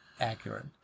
accurate